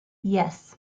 yes